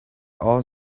all